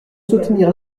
soutenir